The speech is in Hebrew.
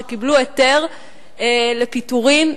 שקיבלו היתר לפטר אותן,